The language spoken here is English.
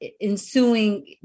ensuing